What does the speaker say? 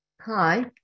Hi